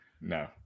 No